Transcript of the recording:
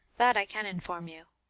that i can inform you.